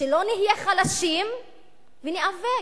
שלא נהיה חלשים וניאבק.